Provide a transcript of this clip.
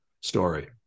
story